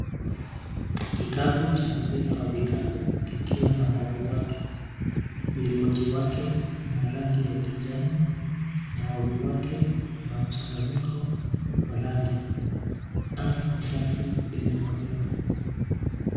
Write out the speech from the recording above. Kikapu cha mpira wa vikapu kikiwa na wavu wake. Mlingoti wake una rangi ya kijani, na wavu wake una mchanganyiko wa rangi. Anga ni safi bila mawingu.